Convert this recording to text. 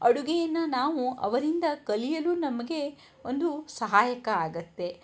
ಅಡುಗೆಯನ್ನು ನಾವು ಅವರಿಂದ ಕಲಿಯಲು ನಮಗೆ ಒಂದು ಸಹಾಯಕ ಆಗುತ್ತೆ